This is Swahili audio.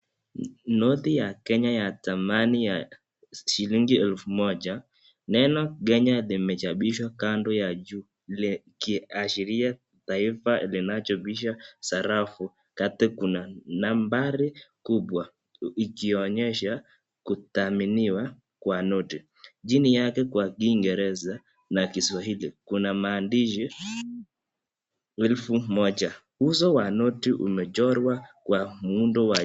Noti ya Kenya ya zamani ya shilingi elfu moja. Neno Kenya limechapishwa kando ya juu ikiashiria taifa linalochapisha sarafu. Kati kuna nambari kubwa ikionyesha kudhaminiwa kwa noti. Chini yake kwa kiingireza na kiswahili kuna maandishi elfu moja. Uso wa noti umechorwa kwa muundo wa